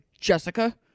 Jessica